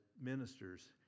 ministers